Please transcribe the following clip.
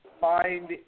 find